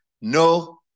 No